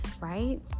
right